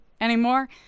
anymore